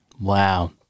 Wow